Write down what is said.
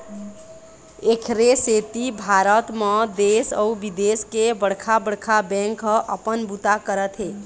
एखरे सेती भारत म देश अउ बिदेश के बड़का बड़का बेंक ह अपन बूता करत हे